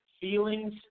Feelings